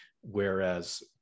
Whereas